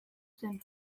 zen